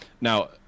Now